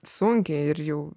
sunkiai ir jau